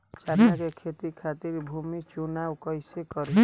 चना के खेती खातिर भूमी चुनाव कईसे करी?